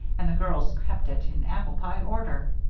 and the girls kept it in apple-pie order.